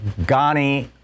Ghani